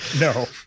No